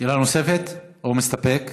שאלה נוספת או מסתפק?